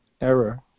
error